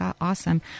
awesome